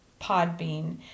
Podbean